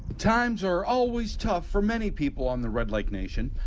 times are always tough for many people on the red lake nation.